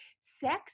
sex